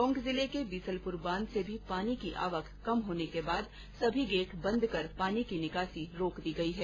टोंक जिले के बीसलपुर बांध में भी पानी की आवक कम होने के बाद सभी गेट बंद कर पानी की निकासी रोक दी गई है